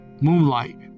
moonlight